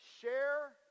Share